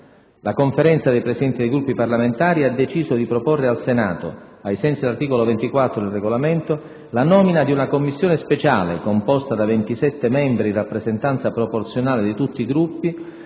La Conferenza dei Presidenti dei Gruppi parlamentari ha deciso di proporre al Senato - ai sensi dell'articolo 24 del Regolamento - la nomina di una Commissione speciale, composta di ventisette membri in rappresentanza proporzionale di tutti i Gruppi,